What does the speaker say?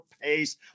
pace